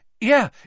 Yeah